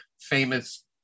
famous